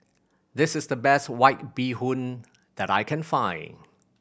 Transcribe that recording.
this is the best White Bee Hoon that I can find